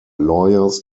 lawyers